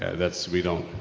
that's. we don't,